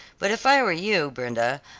but if i were you, brenda,